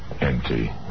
Empty